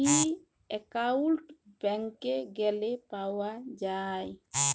ই account ব্যাংকে গ্যালে পাউয়া যায়